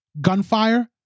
gunfire